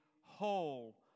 whole